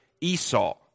Esau